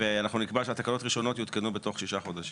ואנחנו נקבע שהתקנות הראשונות יותקנו בתוך שישה חודשים.